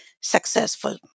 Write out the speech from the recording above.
successful